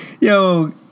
Yo